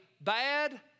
bad